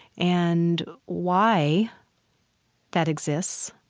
and why that exists,